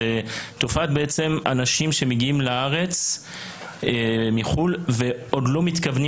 זה תופעת אנשים שמגיעים לארץ מחו"ל ועוד לא מתכוונים